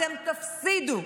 אתם תפסידו,